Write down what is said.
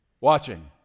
Watching